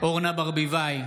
אורנה ברביבאי,